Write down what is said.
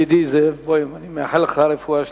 ידידי זאב בוים, אני מאחל לך רפואה שלמה.